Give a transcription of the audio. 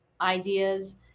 ideas